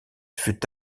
fut